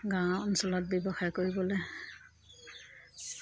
গাঁও অঞ্চলত ব্যৱসায় কৰিবলে